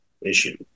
issue